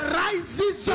rises